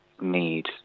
need